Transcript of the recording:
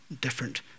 different